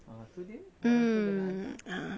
mm ah